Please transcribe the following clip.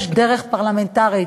יש דרך פרלמנטרית,